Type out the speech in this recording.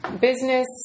business